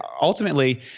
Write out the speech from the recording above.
ultimately